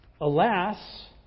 Alas